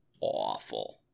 awful